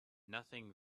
nothing